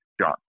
John